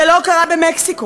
זה לא קרה במקסיקו,